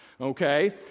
okay